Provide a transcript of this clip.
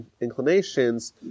inclinations